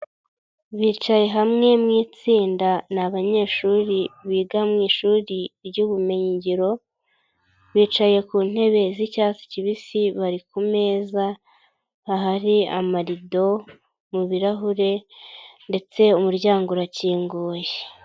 Bicaye hamwe mu itsinda na abanyeshuri biga mu ishuri ry'ubumenyingiro, bicaye ku ntebe z'icyatsi kibisi bari ku meza ahari amarido mu birarahure ndetse umuryango urakinguye.